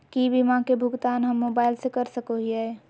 की बीमा के भुगतान हम मोबाइल से कर सको हियै?